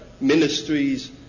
ministries